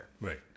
Right